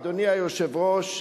אדוני היושב-ראש,